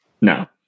no